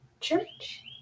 church